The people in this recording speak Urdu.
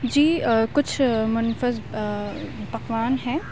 جی کچھ مُنفرد پکوان ہیں